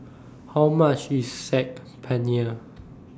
How much IS Saag Paneer